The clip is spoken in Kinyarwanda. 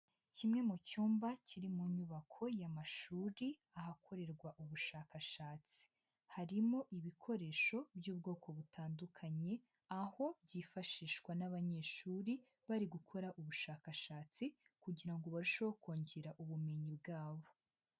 Kimwe mu cyumba kiri mu nyubako y'amashuri ahakorerwa ubushakashatsi, harimo ibikoresho by'ubwoko butandukanye, aho byifashishwa n'abanyeshuri bari gukora ubushakashatsi kugira ngo barusheho kongera ubumenyi bwabo.